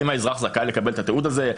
האם האזרח זכאי לקבל את התיעוד הזה?